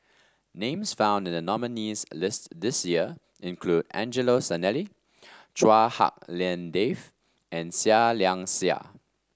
names found in the nominees' list this year include Angelo Sanelli Chua Hak Lien Dave and Seah Liang Seah